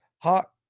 hot